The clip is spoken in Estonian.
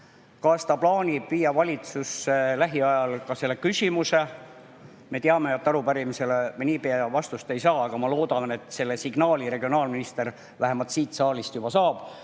Kas ta plaanib lähiajal selle küsimuse ka valitsusse viia? Me teame, et arupärimisele me niipea vastust ei saa, aga ma loodan, et selle signaali regionaalminister vähemalt siit saalist juba saab